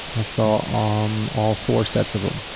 i saw um all four sets of them.